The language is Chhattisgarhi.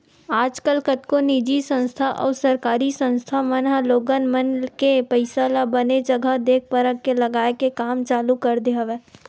आजकल कतको निजी संस्था अउ सरकारी संस्था मन ह लोगन मन के पइसा ल बने जघा देख परख के लगाए के काम चालू कर दे हवय